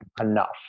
enough